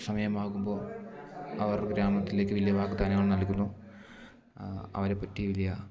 സമയമാകുമ്പോൾ അവർ ഗ്രാമത്തിലേക്ക് വലിയ വാഗ്ദാനങ്ങൾ നൽകുന്നു അവരെപ്പറ്റി വലിയ